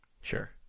Sure